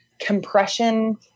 compression